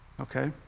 okay